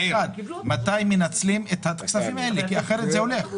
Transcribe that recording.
מתי מנצלים את הכספים הללו, אחרת זה הולך.